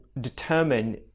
determine